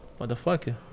motherfucker